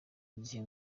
igihe